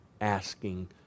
asking